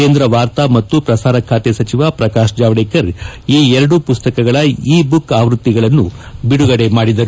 ಕೇಂದ್ರ ವಾರ್ತಾ ಮತ್ತು ಪ್ರಸಾರ ಖಾತೆ ಸಚಿವ ಪ್ರಕಾಶ್ ಚಾವಡೇಕರ್ ಈ ಎರಡೂ ಪುಸ್ತಕಗಳ ಇ ಬುಕ್ ಆವ್ಸತ್ತಿಗಳನ್ನು ಬಿಡುಗಡೆ ಮಾಡಿದರು